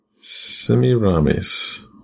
Semiramis